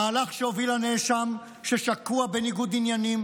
המהלך שהוביל הנאשם ששקוע בניגוד עניינים